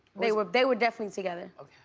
they were, they were definitely together.